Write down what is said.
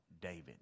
David